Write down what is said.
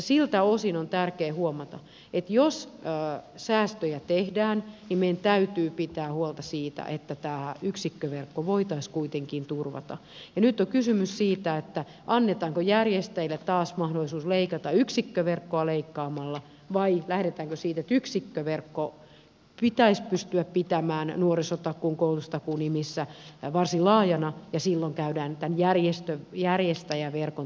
siltä osin on tärkeää huomata että jos säästöjä tehdään meidän täytyy pitää huolta siitä että tämä yksikköverkko voitaisiin kuitenkin turvata ja nyt on kysymys siitä annetaanko järjestäjille taas mahdollisuus leikata yksikköverkkoa leikkaamalla vai lähdetäänkö siitä että yksikköverkko pitäisi pystyä pitämään nuorisotakuun koulutustakuun nimissä varsin laajana ja silloin käydään tämän järjestäjäverkon tuottavuuden toimiin